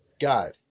God